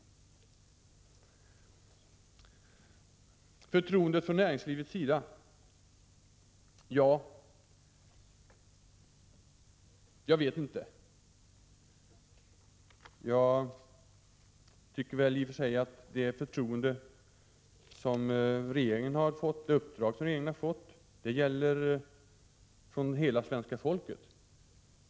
Här har talats om förtroendet från näringslivets sida. Jag tycker nog att bakom det uppdrag som regeringen har fått ligger ett förtroende från hela svenska folket.